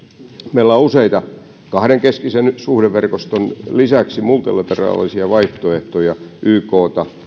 meillä on kahdenkeskisen suhdeverkoston lisäksi useita multilateraalisia vaihtoehtoja ykta